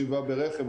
שבעה ברכב,